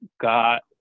got